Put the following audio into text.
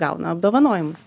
gauna apdovanojimus